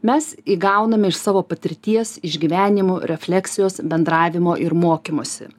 mes įgaunam iš savo patirties išgyvenimų refleksijos bendravimo ir mokymosi